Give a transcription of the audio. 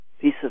piece